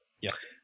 Yes